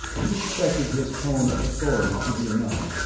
he'd expected his tone of authority to be enough,